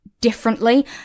differently